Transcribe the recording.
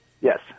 Yes